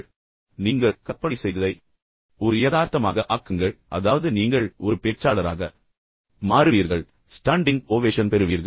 மேலும் நீங்கள் கற்பனை செய்ததை ஒரு யதார்த்தமாக ஆக்குங்கள் அதாவது நீங்கள் ஒரு பேச்சாளராக மாறுவீர்கள் ஸ்டாண்டிங் ஓவேஷன் பெறுவீர்கள்